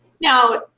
Now